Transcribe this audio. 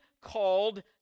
called